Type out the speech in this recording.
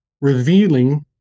revealing